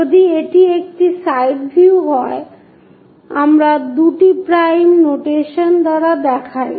যদি এটি একটি সাইড ভিউ হয় আমরা দুটি প্রাইম নোটেশন দ্বারা দেখাই